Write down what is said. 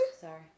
Sorry